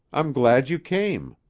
i'm glad you came.